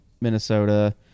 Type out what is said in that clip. Minnesota